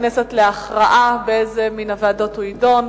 הכנסת להכרעה באיזו מן הוועדות הוא יידון.